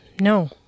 No